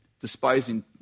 despising